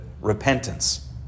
repentance